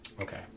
Okay